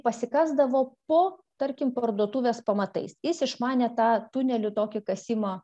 pasikasdavo po tarkim parduotuvės pamatais jis išmanė tą tunelių tokią kasimo